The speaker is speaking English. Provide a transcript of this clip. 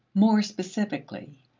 more specifically,